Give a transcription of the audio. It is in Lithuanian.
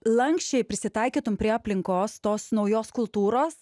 lanksčiai prisitaikytum prie aplinkos tos naujos kultūros